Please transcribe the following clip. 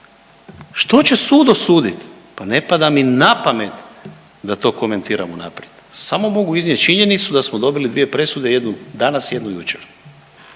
Što će sud dosudit? Pa ne padam mi na pamet da to komentiram unaprijed, samo mogu iznijet činjenicu da smo dobili dvije presude, jednu danas, jednu jučer